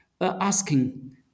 asking